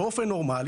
באופן נורמלי,